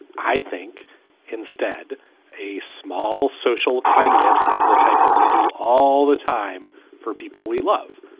i think instead a small social kindness of the type that we do all the time for people we love.